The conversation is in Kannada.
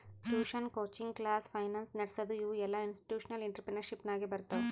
ಟ್ಯೂಷನ್, ಕೋಚಿಂಗ್ ಕ್ಲಾಸ್, ಫೈನಾನ್ಸ್ ನಡಸದು ಇವು ಎಲ್ಲಾಇನ್ಸ್ಟಿಟ್ಯೂಷನಲ್ ಇಂಟ್ರಪ್ರಿನರ್ಶಿಪ್ ನಾಗೆ ಬರ್ತಾವ್